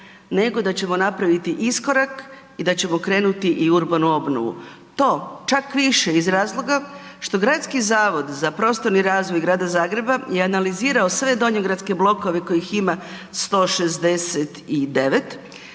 nego da ćemo napraviti iskorak i da ćemo krenuti u urbanu obnovu. To čak više iz razloga što Gradski zavod za prostorni razvoj Grada Zagreba je analizirao sve donjogradske blokove kojih ima 169,